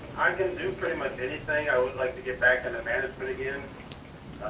i can do pretty much anything. i would like to get back into management again.